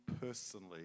personally